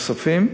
נוספים,